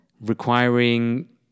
requiring